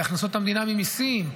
והכנסות המדינה ממיסים,